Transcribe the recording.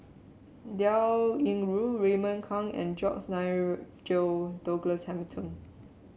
Liao Yingru Raymond Kang and George Nigel Douglas Hamilton